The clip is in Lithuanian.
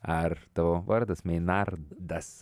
ar tavo vardas meinar das